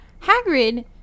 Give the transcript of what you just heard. Hagrid